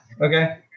okay